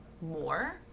more